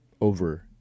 over